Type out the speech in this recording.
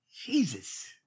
Jesus